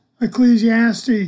Ecclesiastes